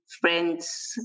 friends